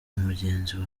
mugenzi